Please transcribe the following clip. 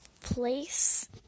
place